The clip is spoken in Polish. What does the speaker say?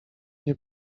nie